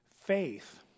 Faith